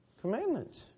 commandments